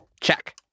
Check